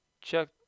Check